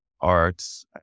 arts